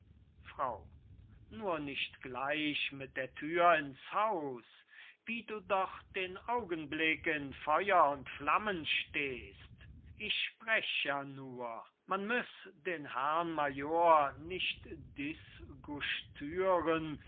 frau nur nicht gleich mit der thür ins haus wie du doch den augenblick in feuer und flammen stehst ich sprech ja nur man müss den herrn major nicht